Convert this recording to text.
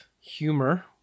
humor